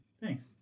Thanks